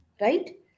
right